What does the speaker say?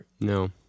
No